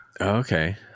Okay